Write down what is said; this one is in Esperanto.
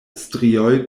strioj